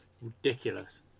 ridiculous